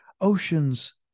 oceans